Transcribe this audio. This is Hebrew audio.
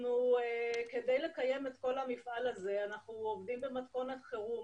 כדי לקיים את כל המפעל הזה אנחנו עובדים במתכונת חירום.